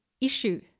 issue